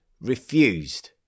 refused